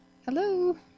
Hello